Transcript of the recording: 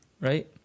right